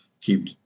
keep